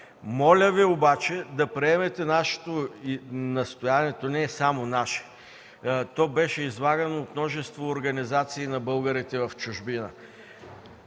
Моля Ви обаче да приемете и настояването не е само наше, то беше предложено от множество организации на българите в чужбина.